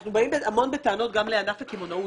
אנחנו באים הרבה בטענות גם לענף הקמעונאות.